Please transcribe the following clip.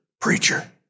Preacher